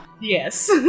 Yes